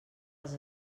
als